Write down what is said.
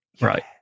right